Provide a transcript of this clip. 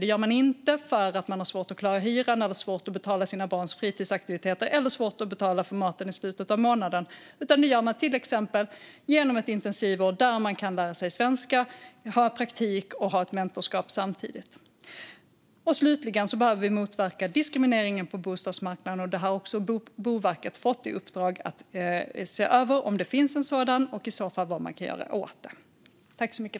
Det gör de inte för att de har svårt att klara hyran, svårt att betala sina barns fritidsaktiviteter eller svårt att betala för maten i slutet av månaden. Det gör de till exempel genom ett intensivår där de kan lära sig svenska, ha praktik och samtidigt ha mentorskap. Slutligen behöver vi motverka diskrimineringen på bostadsmarknaden. Boverket har fått i uppdrag att se över om det finns en sådan och vad man i så fall kan göra åt det.